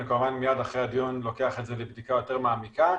אני כמובן מיד אחרי הדיון אקח את זה לבדיקה יותר מעמיקה,